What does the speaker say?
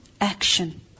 action